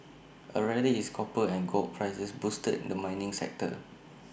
A rally is copper and gold prices boosted and the mining sector